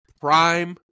prime